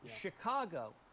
Chicago